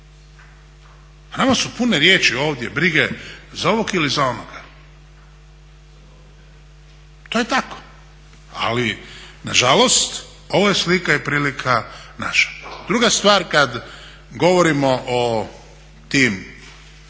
Pa nama su pune riječi ovdje brige za ovog ili za onoga. To je tako, ali nažalost ovo je slika i prilika naša. Druga stvar, kad govorimo o tim